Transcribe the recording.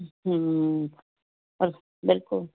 ਹਮ ਬਿਲਕੁਲ